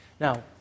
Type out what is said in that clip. Now